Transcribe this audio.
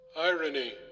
Irony